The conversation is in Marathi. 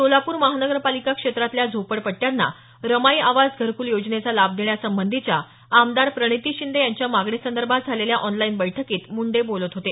सोलापूर महानगरपालिका क्षेत्रातल्या झोपडपट्ट्यांना रमाई आवास घरकूल योजनेचा लाभ देण्यासंबंधीच्या आमदार प्रणिती शिंदे यांच्या मागणीसंदर्भात झालेल्या ऑनलाईन बैठकीत मुंडे बोलत होते